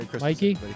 Mikey